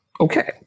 Okay